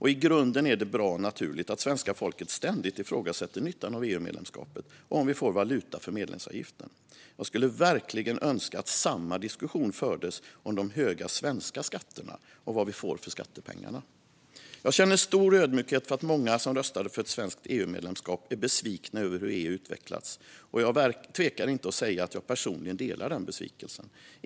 I grunden är det bra och naturligt att svenska folket ständigt ifrågasätter nyttan av EU-medlemskapet och om vi får valuta för medlemsavgiften. Jag skulle verkligen önska att samma diskussion fördes om de höga svenska skatterna och vad vi får för skattepengarna. Jag känner stor ödmjukhet för att många som röstade för ett svenskt EU-medlemskap är besvikna över hur EU utvecklats, och jag tvekar inte att säga att jag personligen delar den besvikelsen.